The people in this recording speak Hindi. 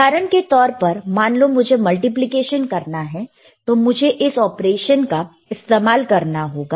उदाहरण के तौर पर मान लो मुझे मल्टीप्लिकेशन करना है तो मुझे इस ऑपरेशन का इस्तेमाल करना होगा